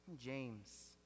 James